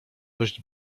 dość